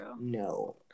no